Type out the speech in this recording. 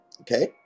okay